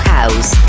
House